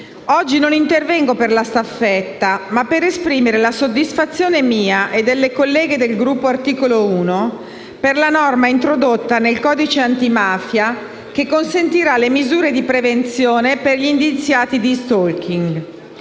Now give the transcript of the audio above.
Oggi non intervengo per la staffetta ma per esprimere la soddisfazione, mia e delle colleghe del gruppo Articolo 1-Movimento Democratico, per la norma introdotta al codice antimafia che consentirà le misure di prevenzione per gli indiziati di *stalking*.